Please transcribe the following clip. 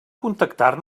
contactar